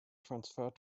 transferred